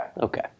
Okay